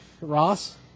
Ross